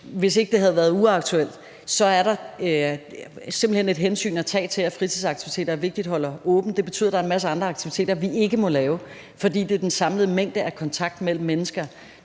hvis ikke det havde været uaktuelt, ville der simpelt hen være et hensyn at tage til, at det er vigtigt, at fritidsaktiviteter holder åbent. Det betyder, at der er en masse andre aktiviteter, vi ikke må lave, fordi det er den samlede mængde af kontakt mellem mennesker,